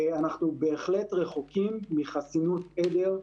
אנחנו בהחלט רחוקים מחסינות עדר,